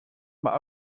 mijn